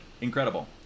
incredible